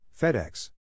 FedEx